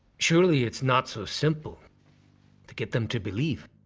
surely it's not so simple to get them to believe.